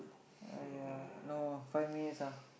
!aiya! no five minutes ah